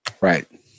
Right